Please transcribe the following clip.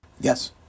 Yes